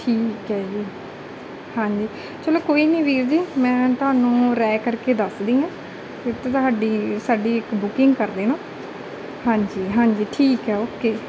ਠੀਕ ਹੈ ਜੀ ਹਾਂਜੀ ਚਲੋ ਕੋਈ ਨਹੀਂ ਵੀਰ ਜੀ ਮੈਂ ਤੁਹਾਨੂੰ ਰਾਏ ਕਰਕੇ ਦੱਸਦੀ ਹਾਂ ਫਿਰ ਤਾਂ ਤੁਹਾਡੀ ਸਾਡੀ ਇੱਕ ਬੁਕਿੰਗ ਕਰ ਦੇਣਾ ਹਾਂਜੀ ਹਾਂਜੀ ਠੀਕ ਹੈ ਓਕੇ